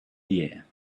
year